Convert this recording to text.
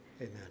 amen